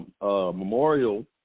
memorial